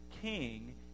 king